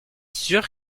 sûr